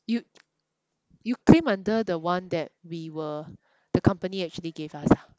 you you claim under the one that we were the company actually gave us ah